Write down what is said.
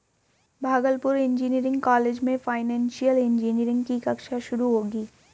Bhagalpur engineering college में financial engineering की कक्षा शुरू होगी